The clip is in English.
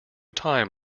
time